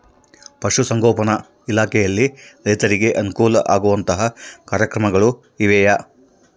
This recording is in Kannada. ಪಶುಸಂಗೋಪನಾ ಇಲಾಖೆಯಲ್ಲಿ ರೈತರಿಗೆ ಅನುಕೂಲ ಆಗುವಂತಹ ಕಾರ್ಯಕ್ರಮಗಳು ಇವೆಯಾ?